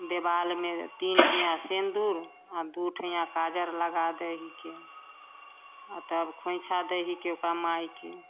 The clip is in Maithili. देबालमे तीन ठइआँ सिन्दूर आओर दुइ ठइआँ काजर लगा दै हिकै आओर तब खोँइछा दै हिकै ओकरा माइके